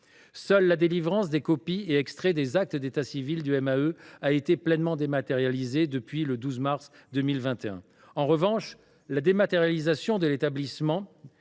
Seule la délivrance des copies et extraits des actes d’état civil du MEAE est pleinement dématérialisée, depuis le 12 mars 2021 : la dématérialisation de l’établissement,